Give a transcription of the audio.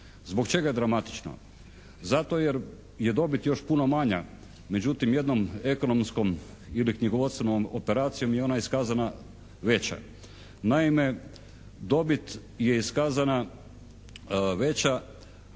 Zbog čega dramatično? Zato jer je dobit još puno manja. Međutim, jednom ekonomskom ili knjigovodstvenom operacijom i ona je iskazana veća. Naime, dobit je iskazana veća